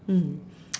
mm